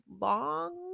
long